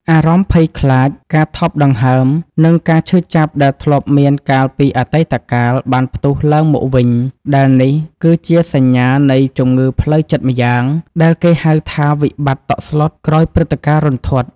អារម្មណ៍ភ័យខ្លាច ការថប់ដង្ហើម និងការឈឺចាប់ដែលធ្លាប់មានកាលពីអតីតកាល បានផ្ទុះឡើងមកវិញ ដែលនេះគឺជាសញ្ញានៃជំងឺផ្លូវចិត្តម្យ៉ាងដែលគេហៅថា វិបត្តិតក់ស្លុតក្រោយព្រឹត្តិការណ៍រន្ធត់។